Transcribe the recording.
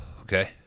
Okay